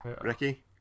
Ricky